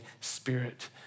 Spirit